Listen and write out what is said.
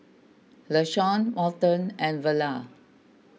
Lashawn Morton and Verla